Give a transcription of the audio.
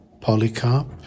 Polycarp